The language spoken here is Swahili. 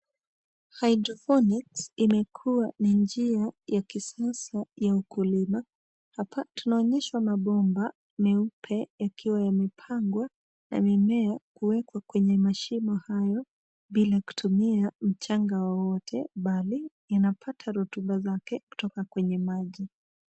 Hydroponics imekuwa ni njia ya kisasa ya ukulima. Hapa tunaonyeshwa mabomba meupe yakiwa yamepangwa na mimea kuwekwa kwenye mashimo hayo bila kutumia mchanga wowote bali inapata rotuba zake kutoka kwenye maji.